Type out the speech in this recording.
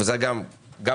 וזה גם הפוך.